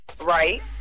right